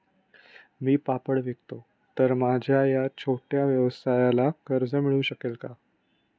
मी पापड विकतो तर माझ्या या छोट्या व्यवसायाला कर्ज मिळू शकेल का?